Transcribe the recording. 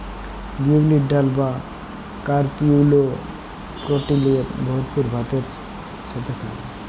বিউলির ডাল বা কাউপিএ প্রটিলের ভরপুর ভাতের সাথে খায়